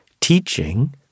teaching